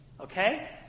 Okay